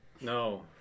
No